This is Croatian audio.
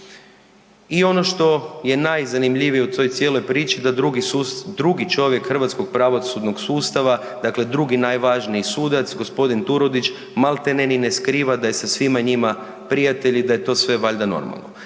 i ono što je najzanimljivije u toj cijeloj priči da drugi čovjek hrvatskog pravosudnog sustava, dakle drugi najvažniji sudac gospodin Turudić maltene ni ne skriva da je sa svima njima prijatelj i da je to sve valjda normalno.